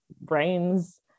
brains